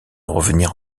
revenir